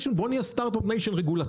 בואו נהיה אומת סטרטאפ רגולטורית.